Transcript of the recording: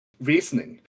reasoning